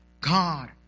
God